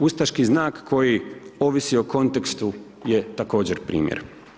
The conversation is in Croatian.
Ustaški znak koji ovisi o kontekstu je također primjer.